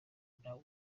nawe